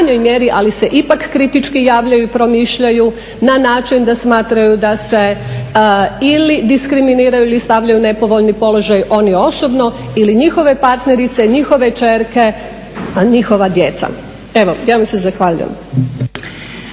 ali se ipak kritički javljaju i promišljaju na način da smatraju da se ili diskriminiraju ili stavljaju u nepovoljni položaj oni osobno ili njihove partnerice, njihove kćerke, njihova djeca. Evo, ja vam se zahvaljujem.